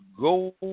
go